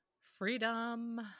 freedom